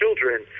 children